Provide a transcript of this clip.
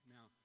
Now